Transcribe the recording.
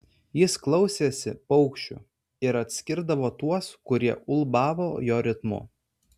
jis klausėsi paukščių ir atskirdavo tuos kurie ulbavo jo ritmu